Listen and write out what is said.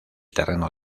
terreno